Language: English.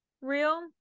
real